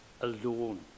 alone